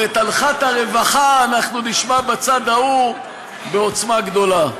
ואת אנחת הרווחה אנחנו נשמע בצד ההוא בעוצמה גדולה.